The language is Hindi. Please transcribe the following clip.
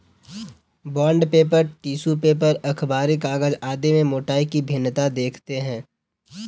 बॉण्ड पेपर, टिश्यू पेपर, अखबारी कागज आदि में मोटाई की भिन्नता देखते हैं